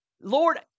Lord